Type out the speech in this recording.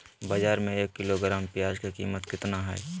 बाजार में एक किलोग्राम प्याज के कीमत कितना हाय?